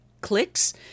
clicks